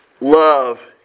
love